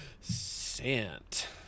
Sant